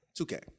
2K